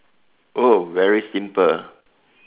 oh very simple